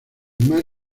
mar